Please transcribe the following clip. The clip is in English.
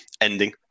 ending